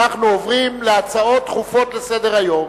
אנחנו עוברים להצעות דחופות לסדר-היום.